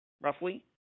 roughly